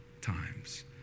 times